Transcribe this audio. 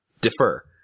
defer